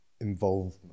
involvement